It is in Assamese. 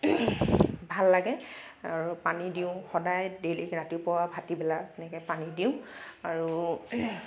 ভাল লাগে আৰু পানী দিওঁ সদায় ডেইলি ৰাতিপুৱা ভাটিবেলা তেনেকৈ পানী দিওঁ আৰু